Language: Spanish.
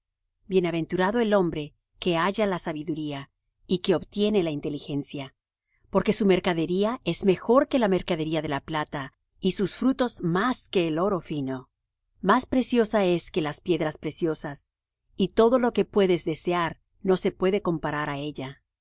bienaventurado el hombre que halla la sabiduría y que obtiene la inteligencia porque su mercadería es mejor que la mercadería de la plata y sus frutos más que el oro fino más preciosa es que las piedras preciosas y todo lo que puedes desear no se puede comparar á ella